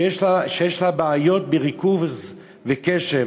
שיש לה בעיות בריכוז וקשב?